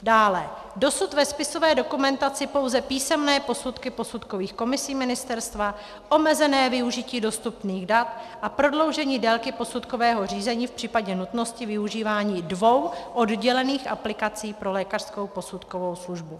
Dále dosud ve spisové dokumentaci pouze písemné posudky posudkových komisí ministerstva, omezené využití dostupných dat a prodloužení délky posudkového řízení v případě nutnosti využívání dvou oddělených aplikací pro lékařskou posudkovou službu.